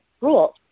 rules